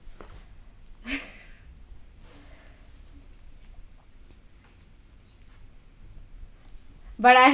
but I